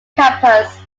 campus